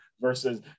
versus